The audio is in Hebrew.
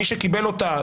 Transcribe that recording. מי שקיבל אותה,